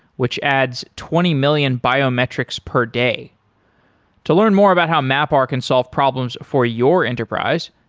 which adds twenty million biometrics per day to learn more about how mapr can solve problems for your enterprise,